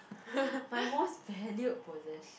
my most valued possess~